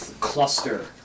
Cluster